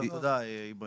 בסדר, תודה איברהים.